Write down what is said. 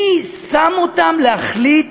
מי שם אותם להחליט